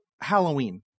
Halloween